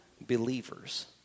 believers